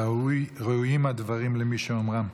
ראויים הדברים למי שאומרם.